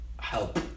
help